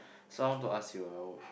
sound to us your